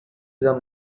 the